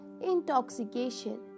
intoxication